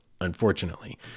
unfortunately